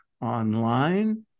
online